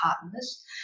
partners